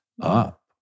up